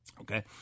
Okay